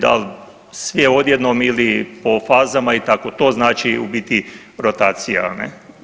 Da li sve odjednom ili po fazama i tako, to znači u biti rotacija ne.